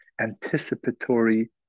anticipatory